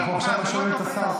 ואנחנו עכשיו שומעים את השר,